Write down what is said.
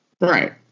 Right